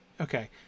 Okay